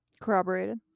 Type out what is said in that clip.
corroborated